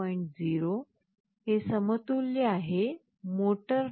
0 हे समतुल्य आहे motor